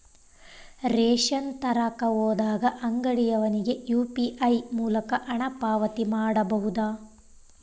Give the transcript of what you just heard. Ration ತರಕ ಹೋದಾಗ ಅಂಗಡಿಯವನಿಗೆ ಯು.ಪಿ.ಐ ಮೂಲಕ ಹಣ ಪಾವತಿ ಮಾಡಬಹುದಾ?